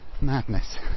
Madness